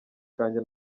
kanjye